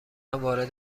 وارد